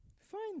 Fine